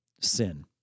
sin